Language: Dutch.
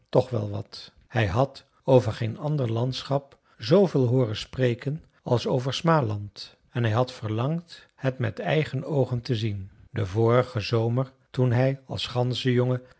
toch wel wat hij had over geen ander landschap zooveel hooren spreken als over smaland en hij had verlangd het met eigen oogen te zien den vorigen zomer toen hij als